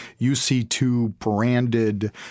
UC2-branded